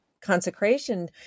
consecration